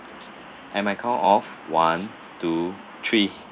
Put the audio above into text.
in my count of one two three